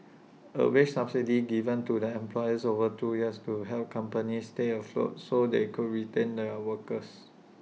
A wage subsidy given to the employers over two years to help companies stay afloat so they could retain their workers